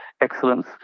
excellence